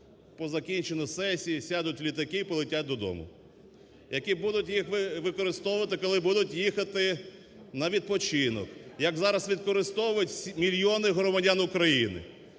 по закінченню сесії сядуть в літаки і полетять додому, які будуть їх використовувати, коли будуть їхати на відпочинок, як зараз використовують мільйони громадян України.